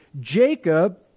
jacob